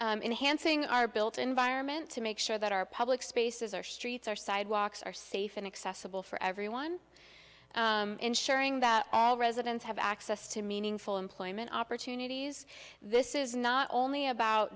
in hansing our built environment to make sure that our public spaces our streets our sidewalks are safe and accessible for everyone ensuring that all residents have access to meaningful employment opportunities this is not only about